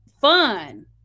fun